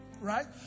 right